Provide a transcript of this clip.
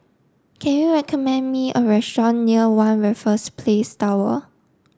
can you recommend me a restaurant near One Raffles Place Tower